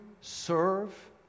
serve